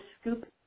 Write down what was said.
scoop